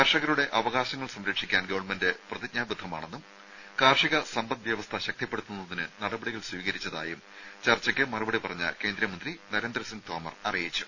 കർഷകരുടെ അവകാശങ്ങൾ സംരക്ഷിക്കാൻ ഗവൺമെന്റ് പ്രതിജ്ഞാബദ്ധമാണെന്നും കാർഷിക സമ്പദ് വ്യവസ്ഥ ശക്തിപ്പെടുത്തുന്നതിന് നടപടികൾ സ്വീകരിച്ചതായും ചർച്ചയ്ക്ക് മറുപടി പറഞ്ഞ കേന്ദ്രമന്ത്രി നരേന്ദ്രസിങ്ങ് തോമർ അറിയിച്ചു